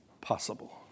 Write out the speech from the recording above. possible